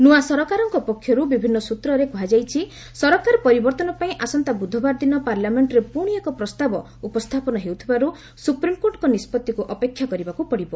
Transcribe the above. ନୂଆ ସରକାରଙ୍କ ପକ୍ଷରୁ ବିଭିନ୍ନ ସୂତ୍ରରେ କୁହାଯାଇଛି ସରକାର ପରିବର୍ତ୍ତନ ପାଇଁ ଆସନ୍ତା ବୁଧବାର ଦିନ ପାର୍ଲାମେଷ୍ଟରେ ପୁଣି ଏକ ପ୍ରସ୍ତାବ ଉପସ୍ଥାପନ ହେଉଥିବାରୁ ସୁପ୍ରିମକୋର୍ଟଙ୍କ ନିଷ୍କଭିକୁ ଅପେକ୍ଷା କରିବାକୁ ପଡ଼ିବ